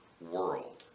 world